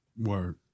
Word